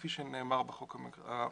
כפי שנאמר בחוק המקורי.